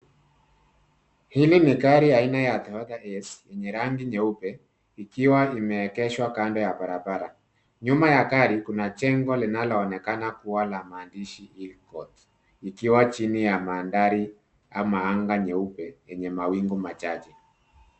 Hili ni gari aina ya Toyota Hiace yenye rangi nyeupe ikiwa imeegeshwa kando ya barabara. Nyuma ya gari kuna jengo linaloonekana kuwa la maandishi Hill court likiwa chini ya mandhari ama anga nyeupe yenye mawingu machache.